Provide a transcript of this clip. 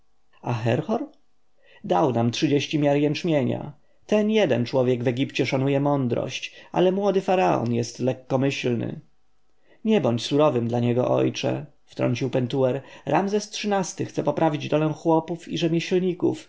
herhor dał nam trzydzieści miar jęczmienia ten jeden człowiek w egipcie szanuje mądrość ale młody faraon jest lekkomyślny nie bądź surowym dla niego ojcze wtrącił pentuer ramzes xiii-ty chce poprawić dolę chłopów i rzemieślników